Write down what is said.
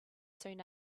soon